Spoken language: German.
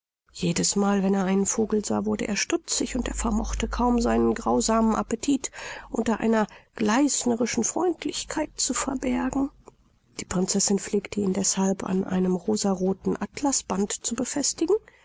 mal wenn er einen vogel sah wurde er stutzig und er vermochte kaum seinen grausamen appetit unter einer gleißnerischen freundlichkeit zu verbergen die prinzessin pflegte ihn deshalb an einem rosarothen atlasband zu befestigen